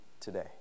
today